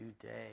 today